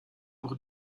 pour